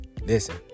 Listen